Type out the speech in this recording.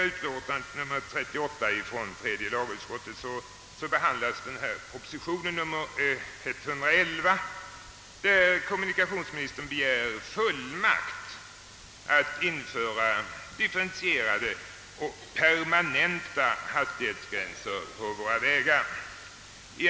I utlåtandet nr 38 från tredje lagutskottet behandlas proposition nr 111, där kommunikationsministern begär fullmakt att införa differentierade och permanenta hastighetsgränser på våra vägar.